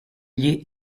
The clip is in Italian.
gli